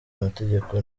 amategeko